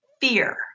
fear